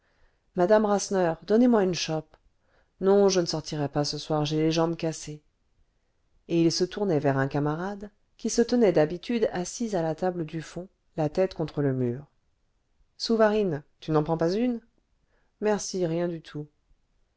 madame rasseneur donnez-moi une chope non je ne sortirai pas ce soir j'ai les jambes cassées et il se tournait vers un camarade qui se tenait d'habitude assis à la table du fond la tête contre le mur souvarine tu n'en prends pas une merci rien du tout